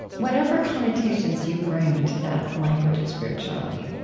whatever connotations you bring to that language of spirituality,